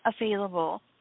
available